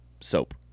soap